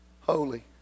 holy